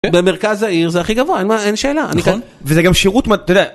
במרכז העיר זה הכי גבוה, אין שאלה. נכון. וזה גם שירות, אתה יודע